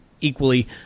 equally